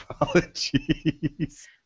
apologies